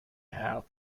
have